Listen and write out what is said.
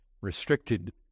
restricted